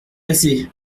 assez